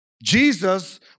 Jesus